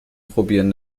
probieren